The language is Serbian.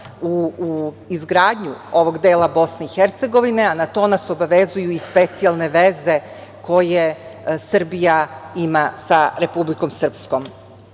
u izgradnju ovog dela BiH, a na to nas obavezuju i specijalne veze, koje Srbija ima sa Republikom Srpskom. Istakla